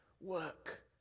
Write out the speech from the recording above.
work